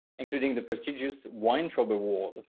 including the prestigious weintraub award,